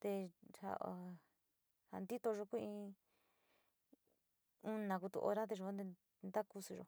te ja ntitoyo ku in una ku tu ora yua te takusuyo.